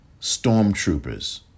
stormtroopers